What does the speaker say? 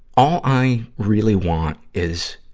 all i really want is,